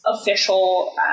official